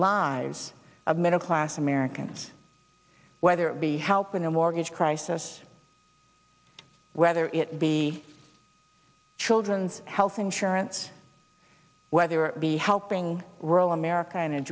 lives of middle class americans whether it be helping the mortgage crisis whether it be children's health insurance whether it be helping rural america in